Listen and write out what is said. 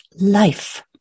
life